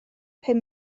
pum